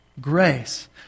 Grace